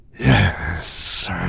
Yes